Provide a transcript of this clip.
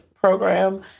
program